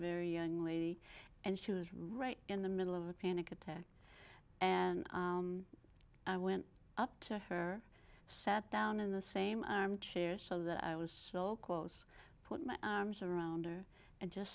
very young lady and she was right in the middle of a panic attack and i went up to her sat down in the same chair so that i was close put my arms around her and just